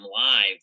live